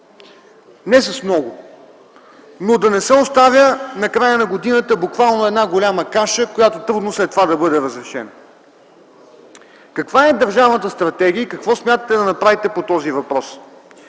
не с много, но да не се оставя накрая на годината една буквално голяма каша, която е трудно след това да бъде разрешена. Каква е държавната стратегия и какво смятате да направите по този въпрос?